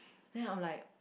then I was like